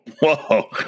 whoa